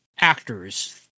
actors